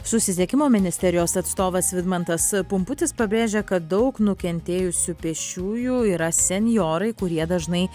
susisiekimo ministerijos atstovas vidmantas pumputis pabrėžia kad daug nukentėjusių pėsčiųjų yra senjorai kurie dažnai